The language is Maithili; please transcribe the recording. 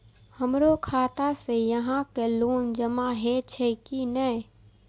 हमरो खाता से यहां के लोन जमा हे छे की ने?